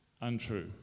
untrue